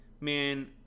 man